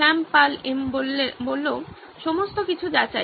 শ্যাম পাল এম সমস্ত কিছু যাচাই